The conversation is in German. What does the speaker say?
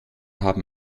haben